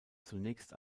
zunächst